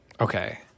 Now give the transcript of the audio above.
Okay